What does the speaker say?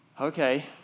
okay